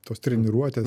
tos treniruotės